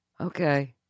okay